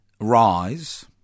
rise